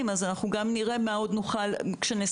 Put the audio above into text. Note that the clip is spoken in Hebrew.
אז אנחנו גם נראה מה עוד נוכל כשנסיים.